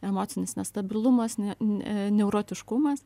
emocinis nestabilumas ne neurotiškumas